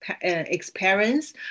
experience